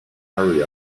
hurry